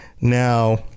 Now